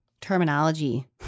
terminology